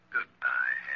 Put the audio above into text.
Goodbye